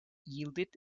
yielded